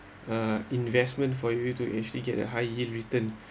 uh investment for you to actually get a high in return